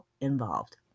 involved